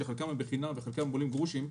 שחלקם ניתנים בחינם וחלקם עולים גרושים,